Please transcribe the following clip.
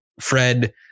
Fred